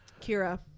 Kira